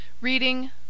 Reading